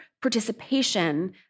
participation